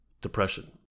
depression